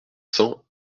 cents